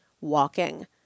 walking